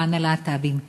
למען הלהט"בים.